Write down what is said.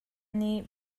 nih